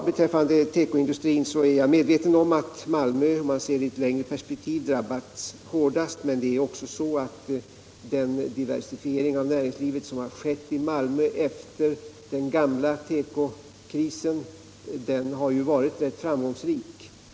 Beträffande tekoindustrin är jag medveten om att Malmö, om man ser det i ett längre perspektiv, drabbats hårdast. Men den diversifiering av näringslivet som har skett i Malmö efter den gamla tekokrisen har ju varit rätt framgångsrik.